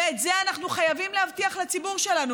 ואת זה אנחנו חייבים להבטיח לציבור שלנו.